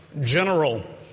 general